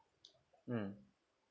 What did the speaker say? mm